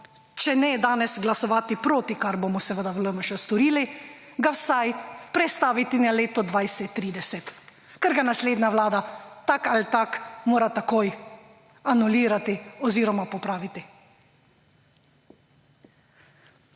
če ne danes, glasovati proti, kar bomo seveda v LMŠ storili, ga vsaj prestaviti na leto 2030, ker ga naslednja vlada tako ali tako mora takoj anulirati oziroma popraviti.